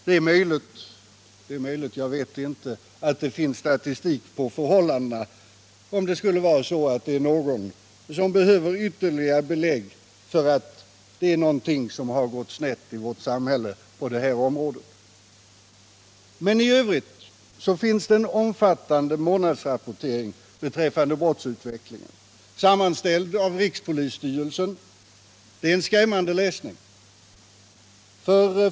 Det är möjligt — jag vet inte — att det finns statistik på förhållandena, om det skulle vara så att någon behöver ytterligare belägg för att det är någonting som har gått snett i vårt samhälle på det här området. I övrigt finns det en omfattande månadsrapportering beträffande brottsutvecklingen, sammanställd av rikspolisstyrelsen. Det är en skrämmande läsning.